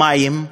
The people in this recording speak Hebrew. מים.